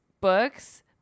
books